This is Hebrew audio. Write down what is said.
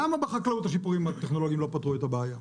למה בחקלאות השיפורים הטכנולוגיים לא פתרו את הבעיה?